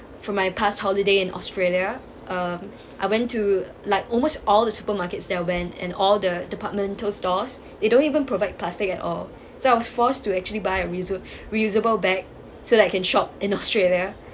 from my past holiday in australia um I went to like almost all the supermarkets that I went and all the departmental stores they don't even provide plastic at all so I was forced to actually buy a resu~ reusable bag so that can shop in australia